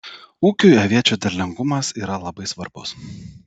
ūkiui aviečių derlingumas yra labai svarbus